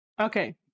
Okay